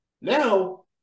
Now